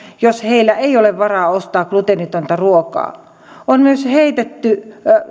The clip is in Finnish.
jos heillä ei ole varaa ostaa gluteenitonta ruokaa on myös heitetty